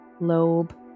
lobe